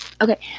Okay